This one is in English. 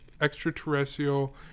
Extraterrestrial